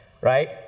right